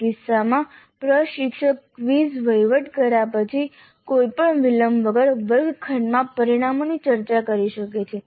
આ કિસ્સામાં પ્રશિક્ષક ક્વિઝ વહીવટ કર્યા પછી કોઈપણ વિલંબ વગર વર્ગખંડમાં પરિણામોની ચર્ચા કરી શકે છે